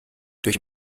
durch